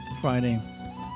Friday